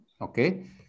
okay